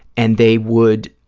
and they would